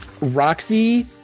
Roxy